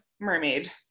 mermaid